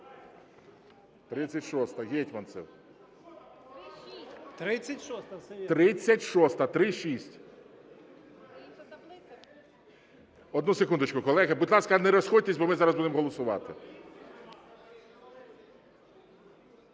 36-а. 36. Одну секундочку, колеги, будь ласка, не розходьтесь, бо ми зараз будемо голосувати.